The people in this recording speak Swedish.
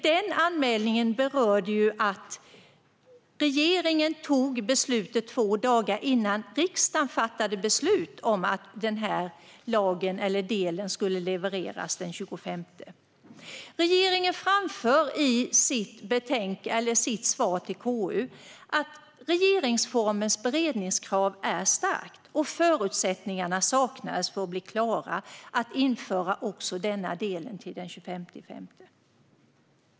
Den anmälan berörde att regeringen fattade beslutet två dagar innan riksdagen fattade beslut om att den delen skulle levereras den 25 maj. Regeringen framförde i sitt svar till KU att regeringsformens beredningskrav är starkt och att förutsättningarna saknades för att bli klara att införa också den delen till den 25 maj.